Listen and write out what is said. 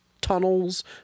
tunnels